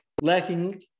lacking